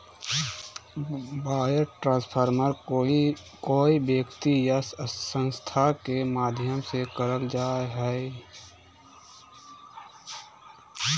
wire transfer कोय व्यक्ति या संस्था के माध्यम से करल जा हय